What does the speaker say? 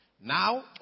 Now